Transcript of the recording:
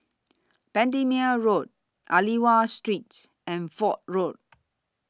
Bendemeer Road Aliwal Street and Fort Road